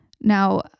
Now